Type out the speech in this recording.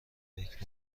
فکر